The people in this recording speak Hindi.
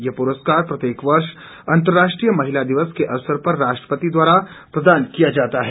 यह पुरस्कार प्रत्येक वर्ष अंतरराष्ट्रीय महिला दिवस के अवसर पर राष्ट्रपति द्वारा प्रदान किया जाता है